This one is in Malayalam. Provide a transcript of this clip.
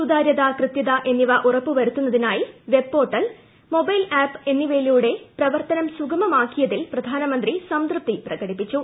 സുതാരൃത കൃതൃത എന്നിവ ഉറപ്പുവരുത്തുന്നതിനായി വെബ് പോർട്ടൽ മൊബൈൽ ആപ്പ് എന്നിവയിലൂടെ പ്രവർത്തനം സുഗമമാക്കിയതിൽ പ്രധാനമന്ത്രി സംതൃപ്തി പ്രകടിപ്പിച്ചു